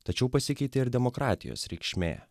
tačiau pasikeitė ir demokratijos reikšmė